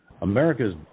America's